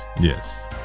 Yes